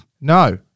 no